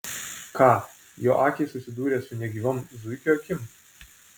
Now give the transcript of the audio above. ką jo akys susidūrė su negyvom zuikio akim